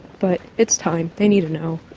but it's time, they need to know,